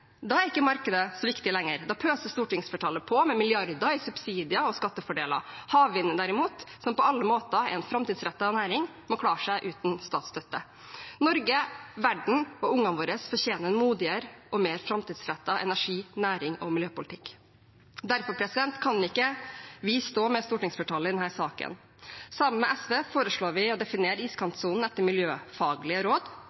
Da er ikke markedet så viktig lenger; da pøser stortingsflertallet på med milliarder i subsidier og skattefordeler. Havvind, derimot, som på alle måter er en framtidsrettet næring, må klare seg uten statsstøtte. Norge, verden og ungene våre fortjener en modigere og mer framtidsrettet energi-, nærings- og miljøpolitikk. Derfor kan ikke vi stå med stortingsflertallet i denne saken. Sammen med SV foreslår vi å definere iskantsonen etter miljøfaglige råd,